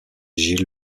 jill